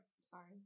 Sorry